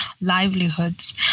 livelihoods